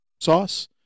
sauce